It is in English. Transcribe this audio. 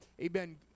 amen